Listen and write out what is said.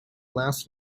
last